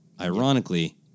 ironically